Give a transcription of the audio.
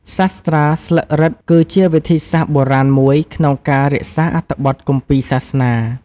សាស្ត្រាស្លឹករឹតគឺជាវិធីសាស្ត្របុរាណមួយក្នុងការរក្សាអត្ថបទគម្ពីរសាសនា។